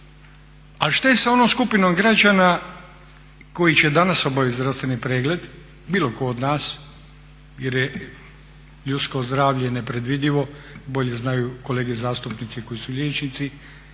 A šta je sa onom skupinom građana koji će danas obavit zdravstveni pregled bilo tko od nas jer je ljudsko zdravlje nepredvidivo, bolje znaju kolege zastupnici koji su liječnici.